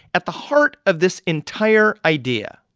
at the heart of this entire idea,